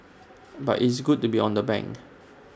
but it's good to be on the bank